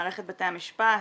מערכת בתי המשפט,